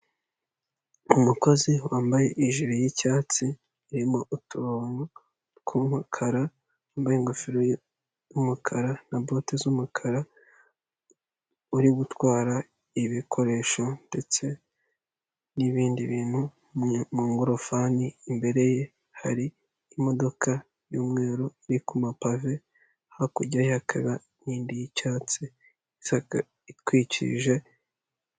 Umukozi wambaye ijire y'icyatsi irimo uturongo tw'umukara wambaye ingofero y'umukara na bote z'umukara uri gutwara ibikoresho ndetse n'ibindi bintu mu ngorofani imbere ye hari imodoka y'umweru iri ku mapave, hakurya ye haba hari indi y'icyatsi isaka itwikije.